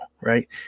right